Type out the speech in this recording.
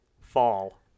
Fall